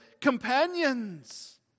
companions